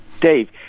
Dave